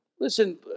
Listen